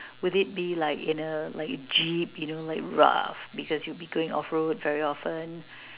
would it be like in a like jeep you know like rough because you'll be going off road very often